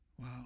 Wow